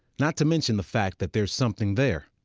not to mention the fact that there's something there.